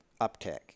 uptick